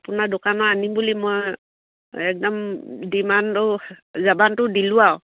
আপোনাৰ দোকানত আনিম বুলি মই একদম ডিমাণ্ডো যাবানটো দিলোঁ আৰু